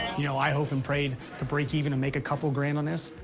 you know i hoped and prayed to break even and make a couple grand on this.